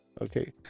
okay